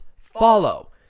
follow